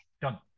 done